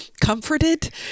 comforted